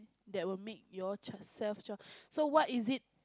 that will make your child self child so what is it